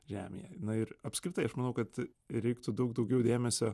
žemėje na ir apskritai aš manau kad reiktų daug daugiau dėmesio